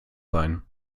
sein